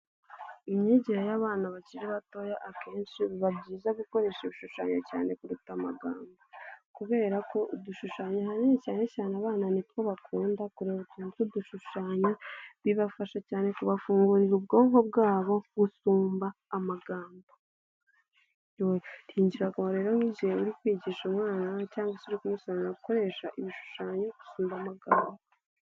Imyigire y' abana bakiri batoya akenshi biba byiza gukoresha ibishushanyo cyane kuruta amagambo kubera ko udushushanyo ahanini cyane cyane abana ni two bakunda kureba utuntuwushushanya bibafasha cyane kubafungurira ubwonko bwabo gusumba amagambo, rero uri kwigisha umwana sobanura ibishushanyoyo kuruta amagambo.